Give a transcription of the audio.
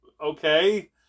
okay